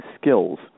skills